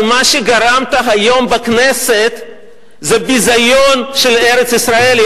אבל מה שגרמת היום בכנסת זה ביזיון של ארץ-ישראל,